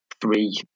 three